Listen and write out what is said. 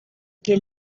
que